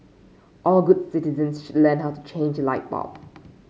all good citizens should learn how to change a light bulb